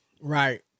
Right